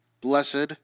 Blessed